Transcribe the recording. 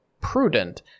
prudent